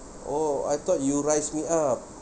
orh I thought you rise me up